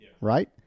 right